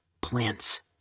plants